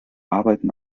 arbeiten